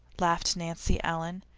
laughed nancy ellen.